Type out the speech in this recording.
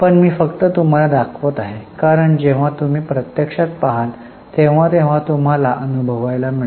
पण मी फक्त तुम्हाला दाखवत आहे कारण जेव्हा तुम्ही प्रत्यक्षात पहाल तेव्हा तेव्हा तुम्हाला अनुभवायला मिळेल